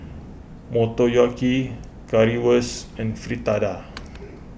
Motoyaki Currywurst and Fritada